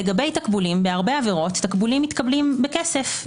לגבי תקבולים, בהרבה עבירות תקבולים מתקבלים בכסף.